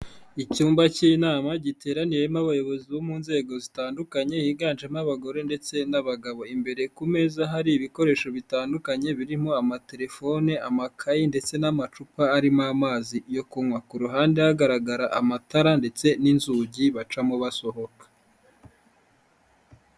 Icyumba cy'inama giteraniyemo abayobozi bo mu nzego zitandukanye higanjemo abagore ndetse n'abagabo, imbere ku meza hari ibikoresho bitandukanye birimo amatelefoni, amakayi ndetse n'amacupa arimo amazi yo kunywa, ku ruhande hagaragara amatara ndetse n'inzugi bacamo basohoka.